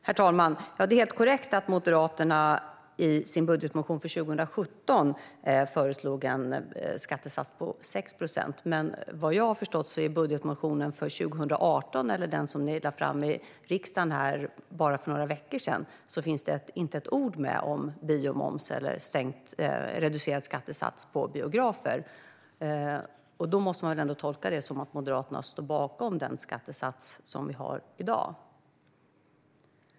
Herr talman! Ja, det är helt korrekt att Moderaterna i sin budgetmotion för 2017 föreslog en skattesats på 6 procent. Men vad jag har förstått finns det i budgetmotionen för 2018 eller i den som ni lade fram i riksdagen för bara några veckor sedan inte ett ord om biomoms eller reducerad skattesats för biografer. Då måste man väl ändå tolka det som att Moderaterna står bakom den skattesats som vi har i dag.